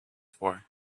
for